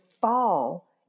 fall